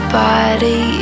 body